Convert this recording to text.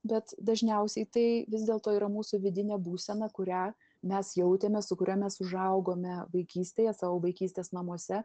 bet dažniausiai tai vis dėlto yra mūsų vidinė būsena kurią mes jautėme su kuria mes užaugome vaikystėje savo vaikystės namuose